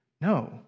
No